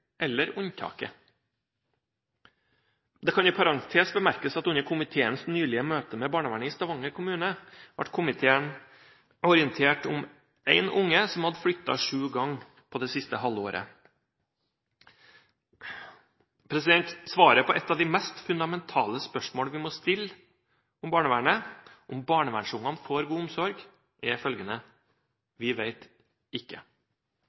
eller unntaket. Det kan i parentes bemerkes at det under komiteens nylige møte med barnevernet i Stavanger kommune ble orientert om et barn som hadde flyttet sju ganger det siste halve året. Svaret på et av de mest fundamentale spørsmålene vi må stille om barnevernet – om barnevernsbarna får god omsorg – er følgende: Vi vet ikke.